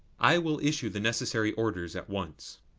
i will issue the necessary orders at once.